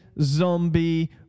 Zombie